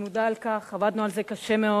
אני מודה על כך, עבדנו על זה קשה מאוד.